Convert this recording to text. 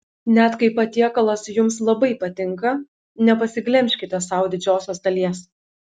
net kai patiekalas jums labai patinka nepasiglemžkite sau didžiosios dalies